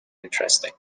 interesting